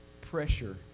pressure